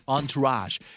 Entourage